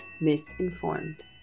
misinformed